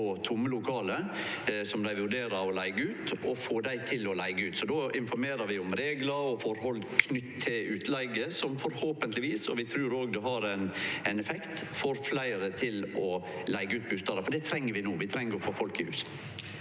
på tomme lokale som dei vurderer å leige ut, og få dei til å leige ut. Då informerer vi om reglar og forhold knytte til utleige, som forhåpentleg – vi trur òg det har ein effekt – får fleire til å leige ut bustadar, for det treng vi no. Vi treng å få folk i hus.